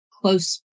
close